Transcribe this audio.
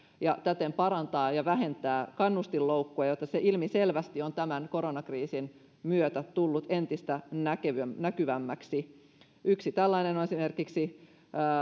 ja täten parantaa ja vähentää kannustinloukkuja jotka ilmiselvästi ovat tämän koronakriisin myötä tulleet entistä näkyvämmiksi näkyvämmiksi yksi tällainen esimerkiksi